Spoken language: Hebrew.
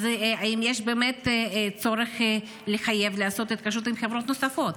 אז האם יש באמת צורך לחייב לעשות התקשרות עם חברות נוספות?